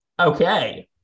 Okay